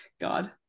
God